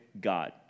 God